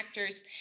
actors